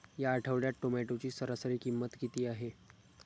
या आठवड्यात टोमॅटोची सरासरी किंमत किती आहे?